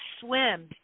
swim